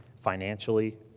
financially